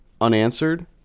unanswered